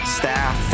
staff